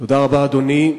תודה רבה, אדוני.